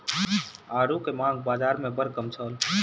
आड़ू के मांग बाज़ार में बड़ कम छल